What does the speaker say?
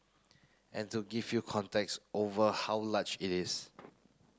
and to give you context over how large it is